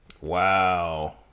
Wow